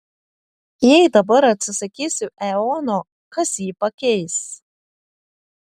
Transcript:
jei dabar atsisakysiu eono kas jį pakeis